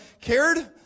cared